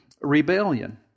rebellion